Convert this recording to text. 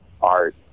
art